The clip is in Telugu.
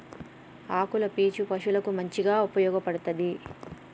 ఆకుల పీచు పశువులకు మంచిగా ఉపయోగపడ్తది